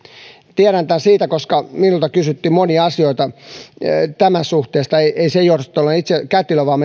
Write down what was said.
tiedän tämän siitä koska minulta kysyttiin monia asioita tässä suhteessa ei sen johdosta että olen itse kätilö vaan